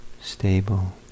stable